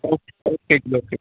okay okay ਜੀ okay